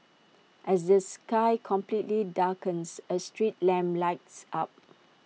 as the sky completely darkens A street lamp lights up